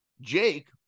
Jake